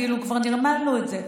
כאילו כבר נרמלנו את זה,